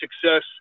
success